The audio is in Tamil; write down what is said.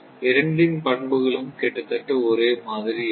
இரண்டின் பண்புகளும் கிட்டத்தட்ட ஒரே மாதிரி இருக்கும்